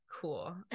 cool